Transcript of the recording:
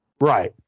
Right